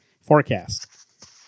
forecast